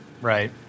Right